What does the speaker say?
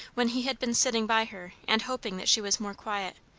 when he had been sitting by her and hoping that she was more quiet.